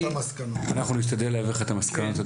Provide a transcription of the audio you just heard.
אנחנו נשתדל להעביר לך את המסקנות,